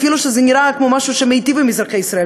אפילו שזה נראה כמו משהו שמיטיב עם אזרחי ישראל,